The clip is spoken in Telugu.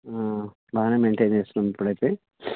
బాగానే మెయింటైన్ చేస్తున్నాము ఇప్పుడైతే